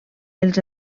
els